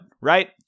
right